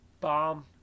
bomb